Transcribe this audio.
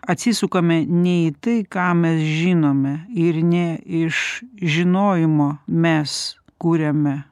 atsisukame ne į tai ką mes žinome ir ne iš žinojimo mes kuriame